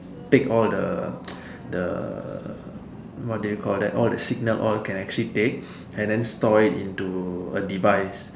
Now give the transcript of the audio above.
take all the the what do you call that all the signals all can actually take and then store it into a device